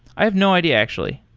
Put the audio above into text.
i have no idea actually.